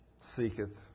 seeketh